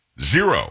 Zero